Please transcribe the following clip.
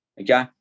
okay